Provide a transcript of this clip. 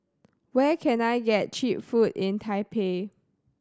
where can I get cheap food in Taipei